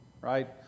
right